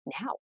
now